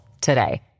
today